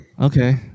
Okay